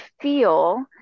feel